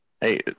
Hey